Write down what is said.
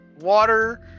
water